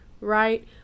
right